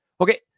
Okay